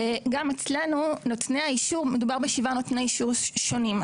גם אצלנו מדובר בשבעה נותני אישור שונים.